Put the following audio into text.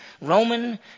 Roman